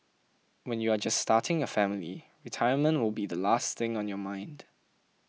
when you are just starting your family retirement will be the last thing on your mind